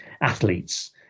athletes